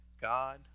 god